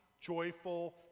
joyful